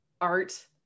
art